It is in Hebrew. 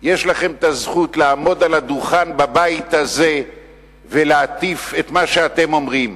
יש לכם זכות לעמוד על הדוכן בבית הזה ולהטיף את מה שאתם אומרים.